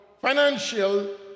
financial